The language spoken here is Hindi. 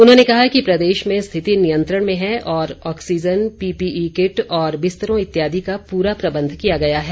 उन्होंने कहा कि प्रदेश में स्थिति नियंत्रण में है और ऑक्सीजन पीपीई किट और बिस्तरों इत्यादि का पूरा प्रबंध किया गया है